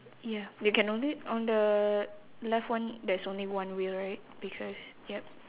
ya you can only on the left one there's only one wheel right because yup